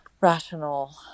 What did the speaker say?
rational